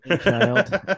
child